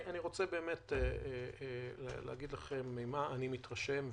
אני רוצה להגיד לכם ממה אני מתרשם,